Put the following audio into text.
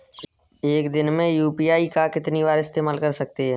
एक दिन में यू.पी.आई का कितनी बार इस्तेमाल कर सकते हैं?